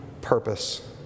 purpose